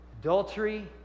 Adultery